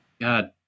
God